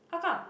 how come